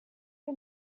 que